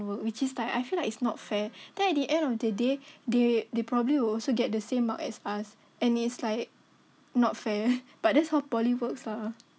work which is like I feel like it's not fair then at the end of the day they they probably will also get the same mark as us and it's like not fair but that's how poly works lah